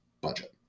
budget